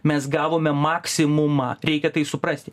mes gavome maksimumą reikia tai suprasti